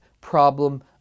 problem